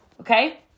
okay